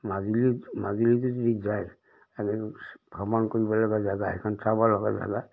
মাজুলী মাজুলী যদি যায় ভ্ৰমণ কৰিব লগা জাগা এখন চাব লগা জাগা